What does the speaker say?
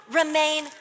remain